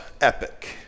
epic